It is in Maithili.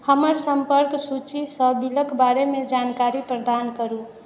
हमर सम्पर्क सूचीसँ बिलके बारेमे जानकारी प्रदान करू